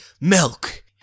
milk